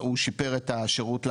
הוא שיפר את השירות לדיירים,